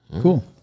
Cool